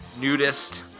nudist